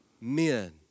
men